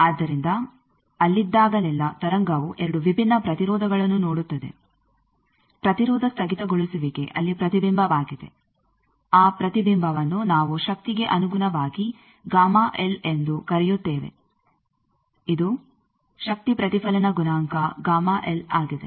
ಆದ್ದರಿಂದ ಅಲ್ಲಿದ್ದಾಗಲೆಲ್ಲಾ ತರಂಗವು 2 ವಿಭಿನ್ನ ಪ್ರತಿರೋಧಗಳನ್ನು ನೋಡುತ್ತದೆ ಪ್ರತಿರೋಧ ಸ್ಥಗಿತಗೊಳಿಸುವಿಕೆ ಅಲ್ಲಿ ಪ್ರತಿಬಿಂಬವಿದೆ ಆ ಪ್ರತಿಬಿಂಬವನ್ನು ನಾವು ಶಕ್ತಿಗೆ ಅನುಗುಣವಾಗಿ ಎಂದು ಕರೆಯುತ್ತೇವೆ ಇದು ಶಕ್ತಿ ಪ್ರತಿಫಲನ ಗುಣಾಂಕ ಆಗಿದೆ